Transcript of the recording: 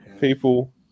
People